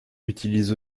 utilisent